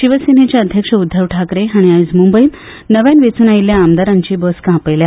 शिवसेनेचे अध्यक्ष उद्धव ठाकरे हांणी आयज मुंबयंत नव्यान वेंचून आयिल्ल्या आमदारांची बसका आपयल्या